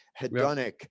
hedonic